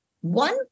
one